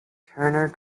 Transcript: turner